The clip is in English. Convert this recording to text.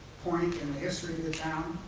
point in the history of the town.